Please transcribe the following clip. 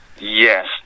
yes